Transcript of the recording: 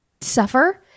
suffer